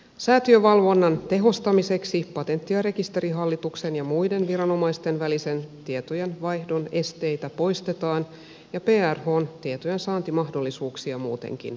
säätiövalvonnan tehostamiseksi patentti ja rekisterihallituksen ja muiden viranomaisten välisen tietojenvaihdon esteitä poistetaan ja prhn tietojensaantimahdollisuuksia muutenkin parannetaan